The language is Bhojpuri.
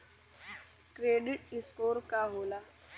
क्रेडीट स्कोर का होला?